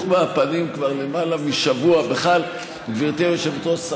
מה הייתם עושים בלי מרצ?